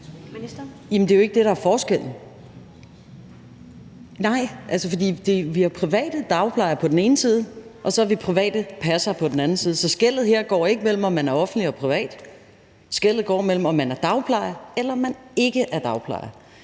det er jo ikke det, der er forskellen. Altså, vi har private dagplejere på den ene side, og så har vi private passere på den anden side. Så skellet her går ikke mellem, om man er offentlig eller privat. Skellet går mellem, om man er dagplejer, eller om man ikke er dagplejer,